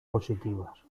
positivas